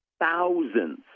thousands